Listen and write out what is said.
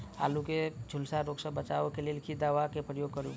आलु केँ झुलसा रोग सऽ बचाब केँ लेल केँ दवा केँ प्रयोग करू?